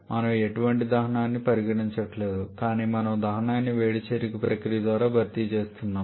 మనము ఎటువంటి దహనాన్ని పరిగణించటం లేదు కానీ మనము దహనాన్ని వేడి చేరిక ప్రక్రియ ద్వారా భర్తీ చేస్తున్నాము